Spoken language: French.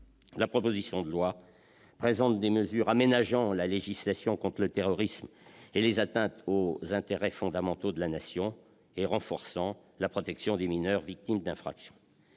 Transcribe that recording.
la proposition de loi contient des mesures aménageant la législation contre le terrorisme et les atteintes aux intérêts fondamentaux de la Nation et renforçant la protection des mineurs victimes d'infractions.